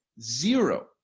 Zero